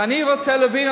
ואני רוצה להבין,